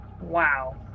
Wow